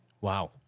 Wow